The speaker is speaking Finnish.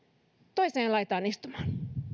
toiseen laitaan istumaan